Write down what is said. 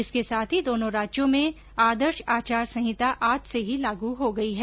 इसके साथ ही दोनो राज्यों में आदर्श आचार सहिता आज से ही लागू हो गई है